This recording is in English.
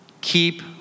Keep